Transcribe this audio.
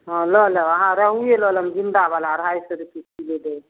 हँ लऽ लेब अहाँ रहुए लऽ लेब जिन्दावला अढ़ाइ सओ रुपैए किलो दै हइ